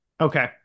Okay